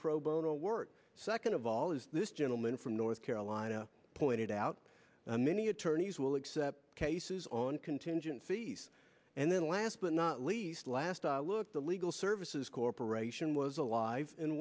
pro bono work second of all is this gentleman from north carolina pointed out many attorneys will accept cases on contingencies and then last but not least last i looked the legal services corporation was alive and